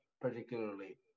particularly